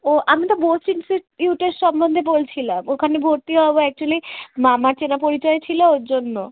ও আমি তো বোস ইনস্টিটিউটের সম্বন্ধে বলছিলাম ওখানে ভর্তি হবো অ্যাকচুয়ালি মামার চেনা পরিচয় ছিল ওই জন্য